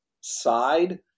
side